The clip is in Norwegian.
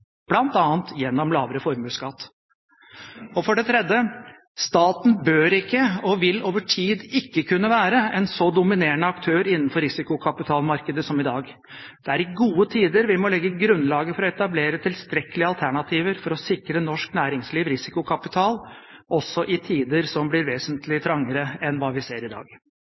gjennom lavere formuesskatt. For det tredje: Staten bør ikke være, og vil over tid ikke kunne være, en så dominerende aktør innenfor risikokapitalmarkedet som i dag. Der er i gode tider vi må legge grunnlaget for å etablere tilstrekkelige alternativer for å sikre norsk næringsliv risikokapital, også i tider som blir vesentlig trangere enn hva vi ser i dag.